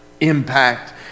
impact